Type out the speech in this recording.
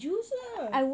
juice lah